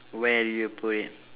where do you put it